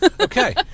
Okay